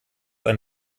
ein